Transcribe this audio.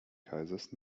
kaisers